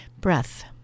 Breath